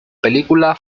película